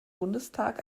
bundestag